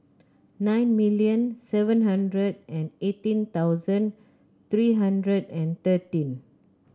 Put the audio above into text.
nine million seven hundred and eighteen thousand three hundred and thirteen